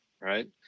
right